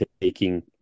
taking